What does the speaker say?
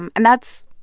and and that's,